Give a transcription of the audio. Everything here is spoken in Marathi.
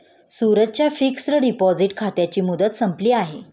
सूरजच्या फिक्सड डिपॉझिट खात्याची मुदत संपली आहे